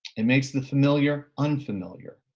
it makes the familiar unfamiliar,